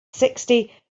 sixty